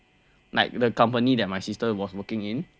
对不对 like the company that my sister was working in